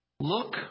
Look